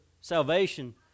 salvation